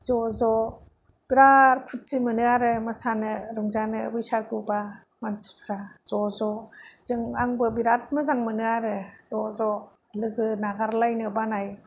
ज'ज' बेराद फुरथि मोनो आरो मोसानो रंजानो बैसागुबा मानसिफ्रा ज'ज' जों आंबो बिराद मोजां मोनो आरो ज'ज' लोगो नागार लायनो बानाय